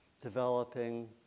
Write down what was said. developing